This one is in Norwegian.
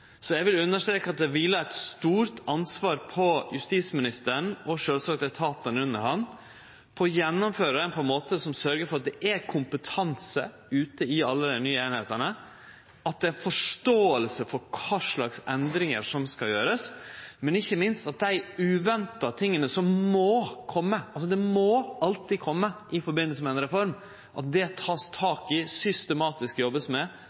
eit stort ansvar på justisministeren – sjølvsagt òg på etatane under han – for å gjennomføre reforma på ein måte som sørgjer for at det er kompetanse ute i alle dei nye einingane, at det er forståing for kva slags endringar som skal verte gjorde, men ikkje minst at dei uventa tinga som alltid må kome i samanheng med ei reform, vert tekne tak i og systematisk jobba med, at ein kjem tilbake til Stortinget viss det